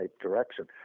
direction